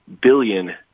billion